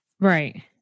Right